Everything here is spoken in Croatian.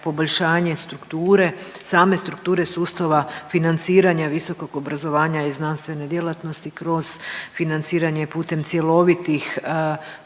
poboljšanje strukture, same strukture financiranja visokog obrazovanja i znanstvene djelatnosti kroz financiranje putem cjelovitih